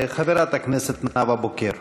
חברת הכנסת נאוה בוקר.